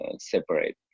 separate